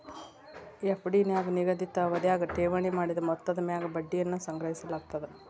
FD ನ್ಯಾಗ ನಿಗದಿತ ಅವಧ್ಯಾಗ ಠೇವಣಿ ಮಾಡಿದ ಮೊತ್ತದ ಮ್ಯಾಗ ಬಡ್ಡಿಯನ್ನ ಸಂಗ್ರಹಿಸಲಾಗ್ತದ